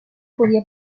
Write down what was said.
podia